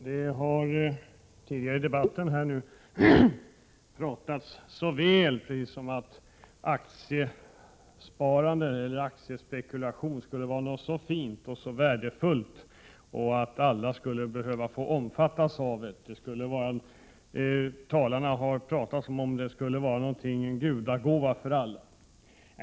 Herr talman! Det har tidigare i debatten talats mycket väl om aktiesparande som om aktiespekulation skulle vara något fint och värdefullt och att alla skulle behöva få omfattas av denna. Talarna har pratat som om den skulle vara en gudagåva för alla.